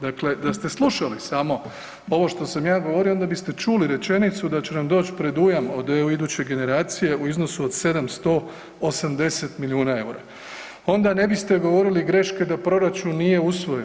Dakle, da ste slušali samo ovo što sam ja govorio onda biste čuli rečenicu da će nam doći predujam od EU iduće generacije u iznosu od 780 milijuna EUR-a, onda ne biste govorili greške da proračun nije usvojen.